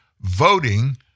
voting